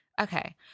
okay